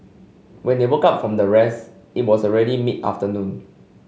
when they woke up from the rest it was already mid afternoon